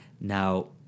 Now